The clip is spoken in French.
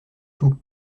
tout